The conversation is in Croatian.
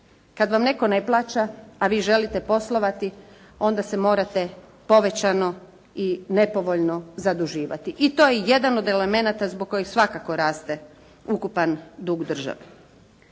Kad vam netko ne plaća, a vi želite poslovati, onda se morate povećano i nepovoljno zaduživati i to je jedan od elemenata zbog kojih svakako raste ukupan dug države.